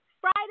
Friday